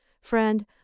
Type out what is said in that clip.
friend